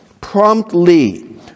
Promptly